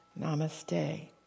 Namaste